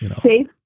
Safe